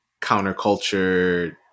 counterculture